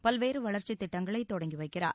பல்வேறு வளர்ச்சித் திட்டங்களை தொடங்கி வைக்கிறார்